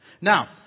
Now